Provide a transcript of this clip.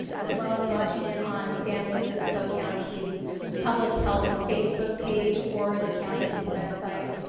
as well as watching it on san luis obispo county's public health facebook page or the county's website.